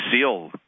seal